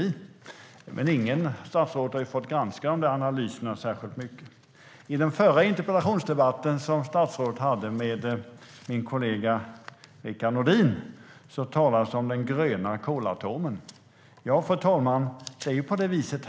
Men ingen har ju fått granska de analyserna särskilt mycket.I den förra interpellationsdebatten som statsrådet hade med min kollega Rickard Nordin talades det om den gröna kolatomen.